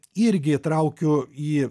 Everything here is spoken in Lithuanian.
irgi įtraukiu į